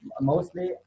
mostly